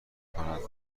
کنند